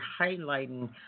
highlighting